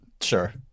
Sure